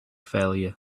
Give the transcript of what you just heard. failure